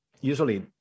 usually